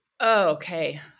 Okay